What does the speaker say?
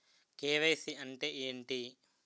KYC అంటే ఏంటి?